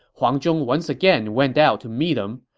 huang zhong once again went out to meet him.